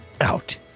out